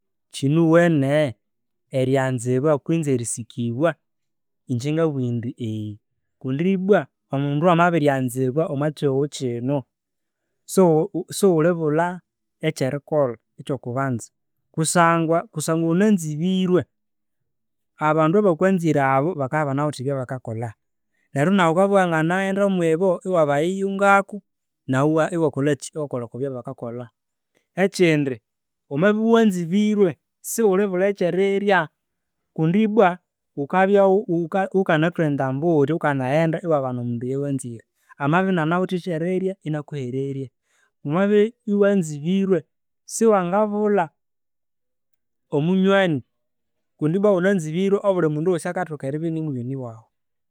Kiniwene eryanzibwa kwisi erisikibwa? Ingye ngabugha indi kundi ibwa omundu amabirya nzibwa omwakihugho kino, sighu sighulibulha ekyerikolha. Ekyo kubanza, kusangwa kusangwa ghunanzibirwe, abandu abakwanzire abo bakabya ibanawithe ebyabakakolha neryo naghu ghukabya iwanganaghenda mubo iwabayuyungako naghu iwakolhaki, naghu iwakolha okwa bya bakakolha. Ekindi, wamabya iwanzibirwe, sighuli bulha ekyerirya kundi ibwa, ghukabya ghu ghukanathwa ghuthya entambu ghukanaghenda iwabana omundu oyo wanzire. Amabya iniana with ekyerirya inia kuhererya. Wamabya iwanzibirewe, siwangabulha omunywani kundi ibwa ghunanzibirwe obuli mundu wosi akabya ini munywani waghu.